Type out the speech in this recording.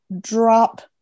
drop